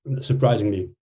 surprisingly